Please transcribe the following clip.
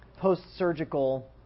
post-surgical